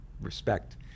respect